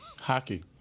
Hockey